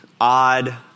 odd